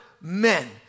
men